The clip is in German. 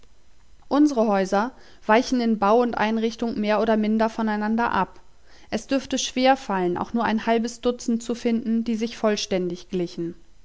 unsre häuser weichen in bau und einrichtung mehr oder minder voneinander ab es dürfte schwerfallen auch nur ein halbes dutzend zu finden die sich vollständig glichen